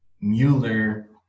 Mueller